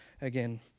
again